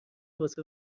واسه